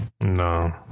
No